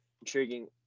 intriguing